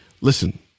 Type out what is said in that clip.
Listen